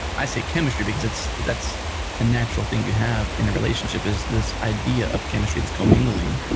i say chemistry, because that's that's a natural thing you have in a relationship, is this idea of chemistry, this commingling.